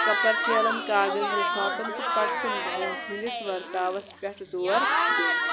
کَپَر ٹھیلَن کاغذ لِفافَن تہٕ پَٹسَن بوٚہرٮ۪ن ہِنٛدِس ورتاوَس پٮ۪ٹھ زور دیُٚن